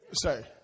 say